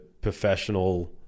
professional